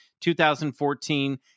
2014